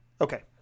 Okay